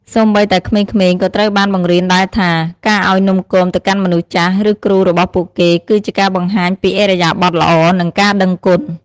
សូម្បីតែក្មេងៗក៏ត្រូវបានបង្រៀនដែរថា ការឱ្យនំគមទៅកាន់មនុស្សចាស់ ឬគ្រូរបស់ពួកគេ គឺជាការបង្ហាញពីឥរិយាបថល្អ និងការដឹងគុណ។